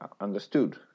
understood